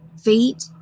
feet